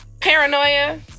Paranoia